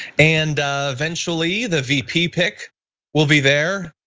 and eventually the vp pick will be there.